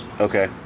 okay